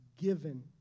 given